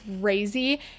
crazy